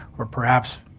or perhaps,